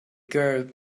girl